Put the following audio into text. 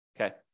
okay